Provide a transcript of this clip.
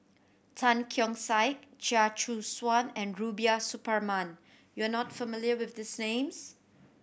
Tan Keong Saik Chia Choo Suan and Rubiah Suparman you are not familiar with these names